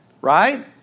right